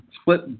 split